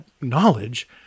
knowledge